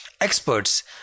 experts